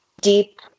deep